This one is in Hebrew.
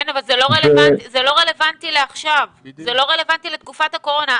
כן, אבל זה לא רלוונטי עכשיו לתקופת הקורונה.